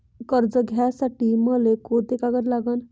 कर्ज घ्यासाठी मले कोंते कागद लागन?